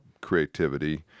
creativity